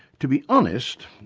to be honest,